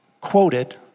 quoted